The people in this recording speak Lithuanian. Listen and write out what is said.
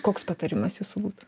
koks patarimas jūsų būtų